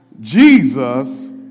Jesus